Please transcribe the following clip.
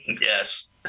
Yes